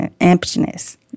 emptiness